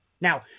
Now